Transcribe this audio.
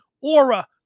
aura